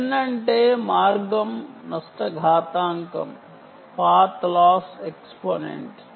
N అంటే path loss exponent